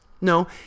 No